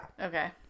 Okay